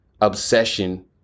obsession